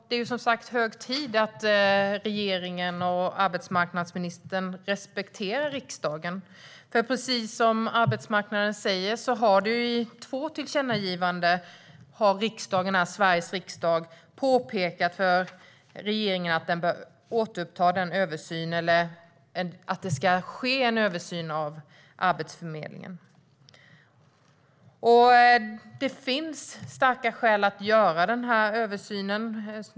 Det är som sagt hög tid att regeringen och arbetsmarknadsministern respekterar riksdagen, för som arbetsmarknadsministern säger har Sveriges riksdag i två tillkännagivanden påpekat för regeringen att den bör återuppta översynen, eller att det ska ske en översyn, av Arbetsförmedlingen. Det finns starka skäl att göra den här översynen.